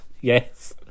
Yes